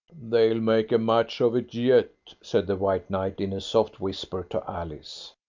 they'll make a match of it yet, said the white knight in a soft whisper to alice.